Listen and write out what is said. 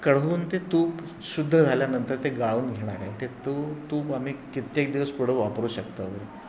कढवून ते तूप शुद्ध झाल्यानंतर ते गाळून घेणार आहे ते तू तूप आम्ही कित्येक दिवस पुढं वापरू शकतो वगैरे